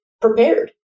prepared